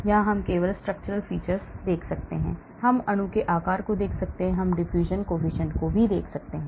यहां हम केवल structural features कर सकते हैं हम अणु के आकार को देख सकते हैं हम diffusion coefficient को देख सकते हैं